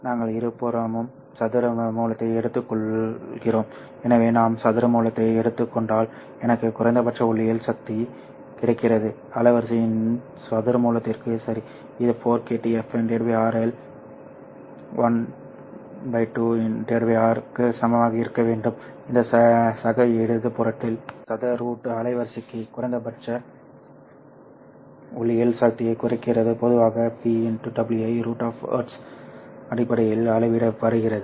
நாங்கள் இருபுறமும் சதுர மூலத்தை எடுத்துக்கொள்கிறோம் எனவே நான் சதுர மூலத்தை எடுத்துக் கொண்டால் எனக்கு குறைந்தபட்ச ஒளியியல் சக்தி கிடைக்கிறது அலைவரிசையின் சதுர மூலத்திற்கு சரி இது 4kTFn RL 12 R க்கு சமமாக இருக்க வேண்டும் இந்த சக இடது புறத்தில் இது சதுர ரூட் அலைவரிசைக்கு குறைந்தபட்ச ஒளியியல் சக்தியைக் குறிக்கிறது பொதுவாக pW¿√ Hz அடிப்படையில் அளவிடப்படுகிறது